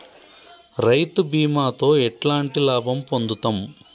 రైతు బీమాతో ఎట్లాంటి లాభం పొందుతం?